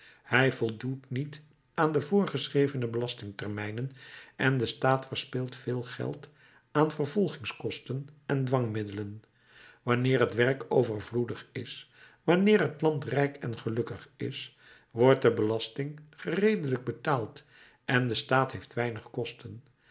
hij voldoet niet aan de voorgeschrevene belastingtermijnen en de staat verspilt veel geld aan vervolgingskosten en dwangmiddelen wanneer het werk overvloedig is wanneer het land rijk en gelukkig is wordt de belasting gereedelijk betaald en de staat heeft weinig kosten